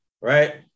right